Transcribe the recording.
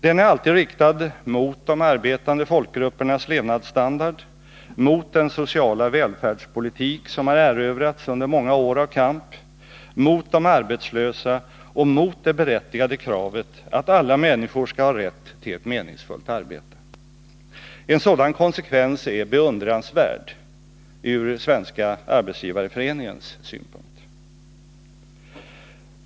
Den är alltid riktad mot de arbetande folkgruppernas levnadsstandard, mot den sociala välfärdspolitik som har erövrats under många år av kamp, mot de arbetslösa och mot det berättigade kravet att alla människor skall ha rätt till ett meningsfullt arbete. En sådan konsekvens är beundransvärd från Svenska arbetsgivareföreningens synpunkt.